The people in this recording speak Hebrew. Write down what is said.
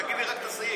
תגיד לי רק את הסעיף.